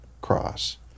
Cross